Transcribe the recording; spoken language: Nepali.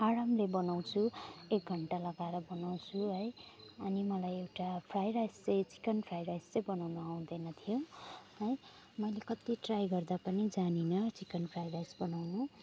आरामले बनाउँछु एक घण्टा लगाएर बनाउँछु है अनि मलाई एउटा फ्राई राइस चाहिँ चिकन फ्राई राइस चाहिँ बनाउन आउँदैन थियो है मैले कति ट्राई गर्दा पनि जानिनँ चिकन फ्राई राइस बनाउन